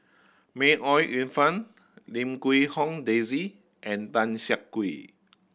May Ooi Yu Fen Lim Quee Hong Daisy and Tan Siak Kew